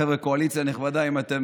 חברת הכנסת סטרוק, בבקשה.